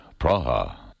Praha